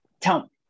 tell